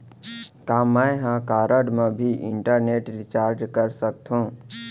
का मैं ह कारड मा भी इंटरनेट रिचार्ज कर सकथो